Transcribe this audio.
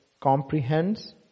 comprehends